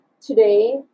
today